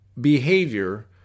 behavior